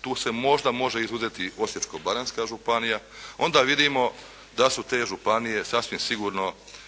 tu se možda može izuzeti Osječko-baranjska županija, onda vidimo da su te županije sasvim sigurno